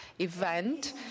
event